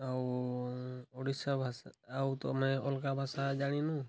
ଆଉ ଓଡ଼ିଶା ଭାଷା ଆଉ ତ ଆମେ ଅଲଗା ଭାଷା ଜାଣିନୁ